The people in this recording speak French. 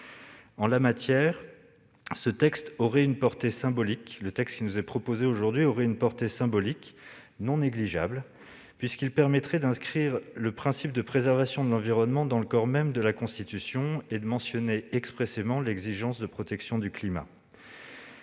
En la matière, le présent texte aurait une portée symbolique non négligeable, puisqu'il permettrait d'inscrire le principe de préservation de l'environnement dans le corps même de la Constitution et de mentionner expressément l'exigence de protection du climat.